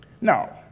Now